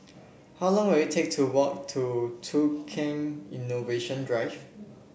how long will it take to walk to Tukang Innovation Drive